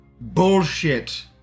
bullshit